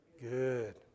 Good